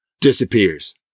disappears